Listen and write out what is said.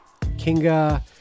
Kinga